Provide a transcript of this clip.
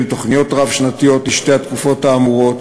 תוכניות רב-שנתיות לשתי התקופות האמורות,